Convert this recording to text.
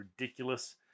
ridiculous